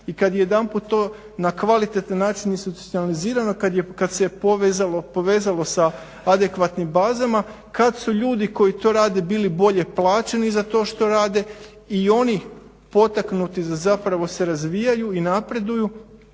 i kad jedan put na kvalitetan način institucionalizirano, kad se povezalo sa adekvatnim bazama, kad su ljudi koji to rade bili bolje plaćeni za to što rade i oni potaknuti da zapravo se razvijaju i napreduju,